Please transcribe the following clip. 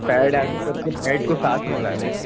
paid آگے کر کے بیڈ کو ساتھ ملانے